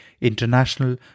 International